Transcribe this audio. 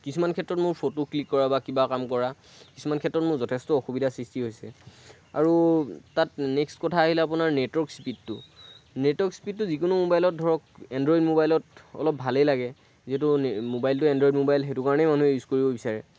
কিছুমান ক্ষেত্ৰত মই ফটো ক্লিক কৰা বা কিবা কাম কৰা কিছুমান ক্ষেত্ৰত মোৰ যথেষ্ট অসুবিধাৰ সৃষ্টি হৈছে আৰু তাত নেক্সট কথা আহিলে আপোনাৰ নেটৱৰ্ক স্পীডটো নেটৱৰ্ক স্পীডটো যিকোনো ম'বাইলত ধৰক এণ্ড্ৰইড ম'বাইলত অলপ ভালেই লাগে যিহেতু ম'বাইলটো এণ্ড্ৰইড ম'বাইল সেইটো কাৰণেই মানুহে ইউজ কৰিব বিচাৰে